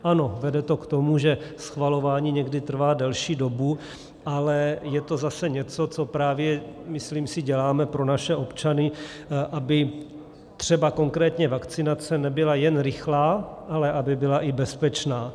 Ano, vede to k tomu, že schvalování někdy trvá delší dobu, ale je to zase něco, co právě, myslím si, děláme pro naše občany, aby třeba konkrétně vakcinace nebyla jen rychlá, ale byla i bezpečná.